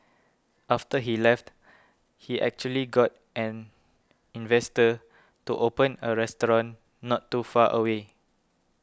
after he left he actually got an investor to open a restaurant not too far away